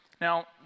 Now